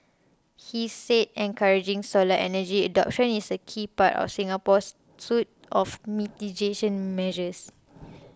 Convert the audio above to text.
he said encouraging solar energy adoption is a key part of Singapore's suite of mitigation measures